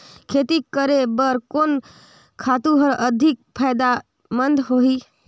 खेती करे बर कोन खातु हर अधिक फायदामंद होही?